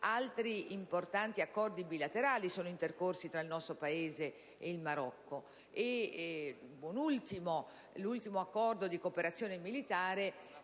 altri importanti accordi bilaterali sono intercorsi tra il nostro Paese e il Marocco. Buon ultimo, l'ultimo accordo di cooperazione militare